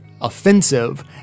offensive